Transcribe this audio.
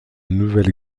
nouvelle